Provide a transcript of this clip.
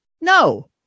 No